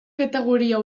categoria